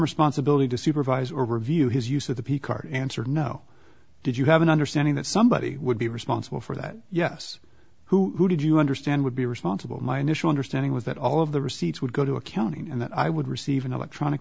responsibility to supervise or review his use of the picart answer no did you have an understanding that somebody would be responsible for that yes who did you understand would be responsible my initial understanding was that all of the receipts would go to accounting and that i would receive an electronic